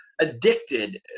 addicted